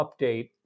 update